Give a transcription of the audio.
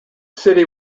city